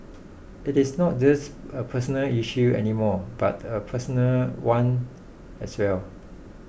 it is not just a personal issue any more but a personnel one as well